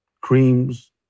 creams